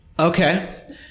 Okay